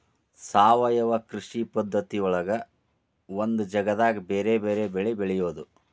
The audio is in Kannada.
ಸಾವಯವ ಕೃಷಿ ಪದ್ಧತಿಯೊಳಗ ಒಂದ ಜಗದಾಗ ಬೇರೆ ಬೇರೆ ಬೆಳಿ ಬೆಳಿಬೊದು